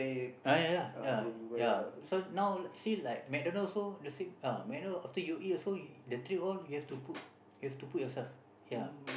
uh ya ya so now see like MacDonalds' also the same uh MacDonald's after you eat also the tray all you have to put you have to put yourself